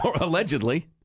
Allegedly